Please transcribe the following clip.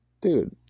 Dude